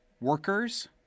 workers